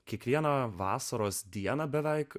kiekvieną vasaros dieną beveik